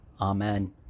Amen